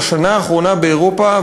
על השנה האחרונה באירופה,